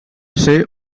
ser